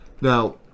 Now